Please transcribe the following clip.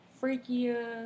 freakier